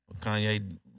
Kanye